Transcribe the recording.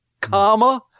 comma